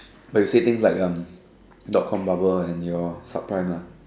but say things like um dot com bubble and your sub prime lah